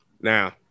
Now